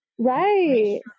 Right